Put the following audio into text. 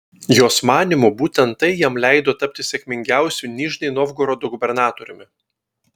jos manymu būtent tai jam leido tapti sėkmingiausiu nižnij novgorodo gubernatoriumi